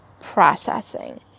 processing